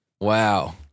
Wow